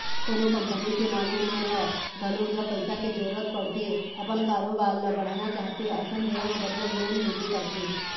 कोनो कंपनी के मालिक मन ह घलोक जब पइसा के जरुरत पड़थे अपन कारोबार ल बढ़ाना चाहथे अइसन बेरा म बरोबर लोन लेबे करथे